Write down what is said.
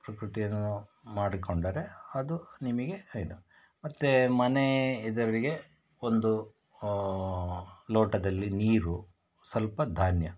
ಪ್ರಕೃತಿಯನ್ನು ಮಾಡಿಕೊಂಡರೆ ಅದು ನಿಮಗೆ ಇದು ಮತ್ತು ಮನೆ ಇದ್ದವರಿಗೆ ಒಂದು ಲೋಟದಲ್ಲಿ ನೀರು ಸ್ವಲ್ಪ ಧಾನ್ಯ